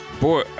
boy